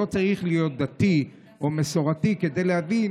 לא צריך להיות דתי או מסורתי כדי להבין